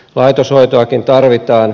laitoshoitoakin tarvitaan